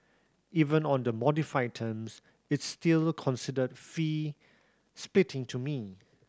even on the modified terms it's still considered fee spitting to me